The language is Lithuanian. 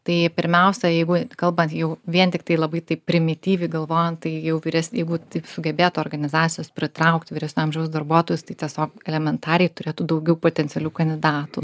tai pirmiausia jeigu kalbant jau vien tiktai labai taip primityviai galvojant tai jau vyres jeigu taip sugebėtų organizacijos pritraukti vyresnio amžiaus darbuotojus tai tiesiog elementariai turėtų daugiau potencialių kandidatų